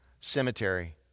cemetery